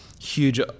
huge